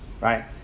Right